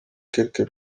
quelque